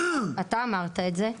ואתה אמרת את זה,